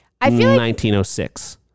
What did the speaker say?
1906